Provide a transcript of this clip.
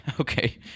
Okay